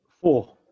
four